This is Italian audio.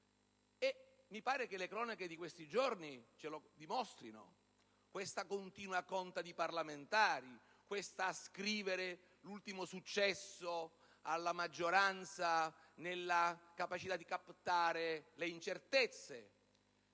Mi pare che le cronache di questi giorni ce lo dimostrino: questa continua conta di parlamentari, questo ascrivere l'ultimo successo alla maggioranza nella capacità di captare le incertezze,